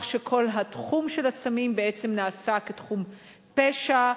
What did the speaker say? שכל התחום של הסמים בעצם נעשה כתחום פשע.